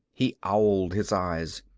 he owled his eyes.